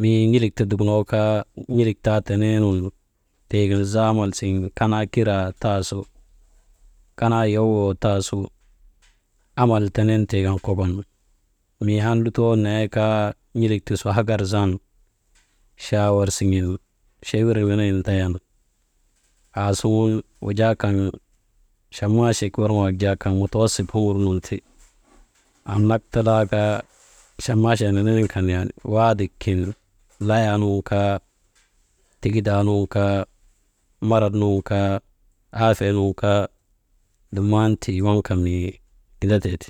mii n̰ilik ti dukunoo kaa n̰ilik taa tenee nun tii kan zaamal siŋ kanaa kiraa tasu, kanaa yowoo taasu amal tenen tii kan kokon, mii an lutoo nee kaa n̰ilik ti su hagar zan, chaawar siŋen chewirek nenegin ndayan, aasuŋun wujaa kaŋ chammaachik worŋok wak jaa kaŋ mutawasit umur nun ti, annak ta laa kaa chammaachaa nenen kan yani waadik kin, layaa nun kaa, tigidaa nun kaa, marat nun kaa aafee nun kaa, dumman tii waŋ kan mii gindatee ti.